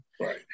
right